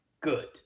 Good